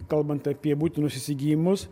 kalbant apie būtinus įsigijimus